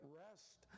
rest